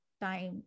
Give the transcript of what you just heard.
time